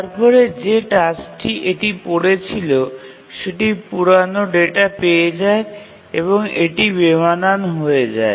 তারপরে যে টাস্কটি এটি পড়েছিল সেটি পুরানো ডেটা পেয়ে যায় এবং এটি বেমানান হয়ে যায়